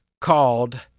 called